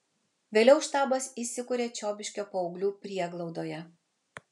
vėliau štabas įsikuria čiobiškio paauglių prieglaudoje